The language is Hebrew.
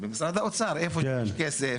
במשרד האוצר, איפה שיש כסף.